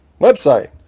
website